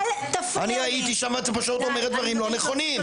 אני הייתי שם, את פשוט אומרת דברים לא נכונים.